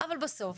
אבל בסוף